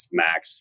max